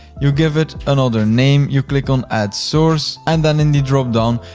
you give it another name, you click on add source and then in the dropdown,